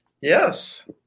Yes